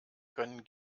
können